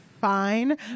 fine